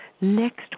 next